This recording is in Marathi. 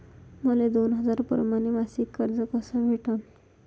मले दोन हजार परमाने मासिक कर्ज कस भेटन?